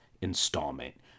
installment